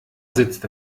sitzt